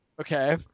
Okay